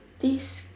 this